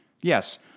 Yes